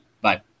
bye